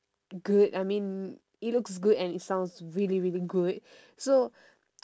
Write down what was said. good I mean it looks good and it sounds really really good so